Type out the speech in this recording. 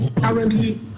currently